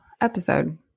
episode